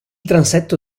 transetto